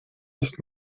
erst